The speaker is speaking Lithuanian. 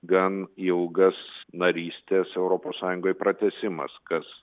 gan ilgas narystės europos sąjungoj pratęsimas kas